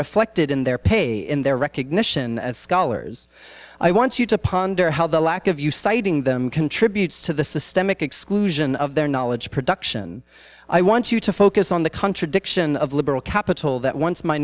reflected in their pay and their recognition as scholars i want you to ponder how the lack of you citing them contributes to the systemic exclusion of their knowledge production i want you to focus on the contradiction of liberal capital that once m